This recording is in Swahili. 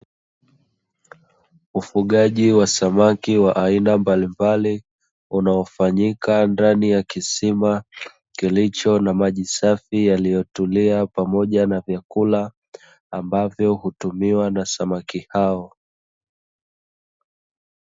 Ufugaji wa samaki wa aina mbalimbali, unaofanyika ndani ya kisima kilicho na maji safi yaliyotulia pamoja na vyakula ambavyo hutumiwa na samaki hao.